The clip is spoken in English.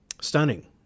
stunning